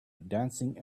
dancing